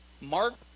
Mark